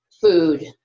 food